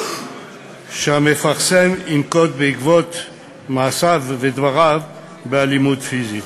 שהמפרסם ינקוט בעקבות מעשיו ודבריו אלימות פיזית.